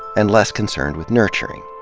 and less concerned with nurturing.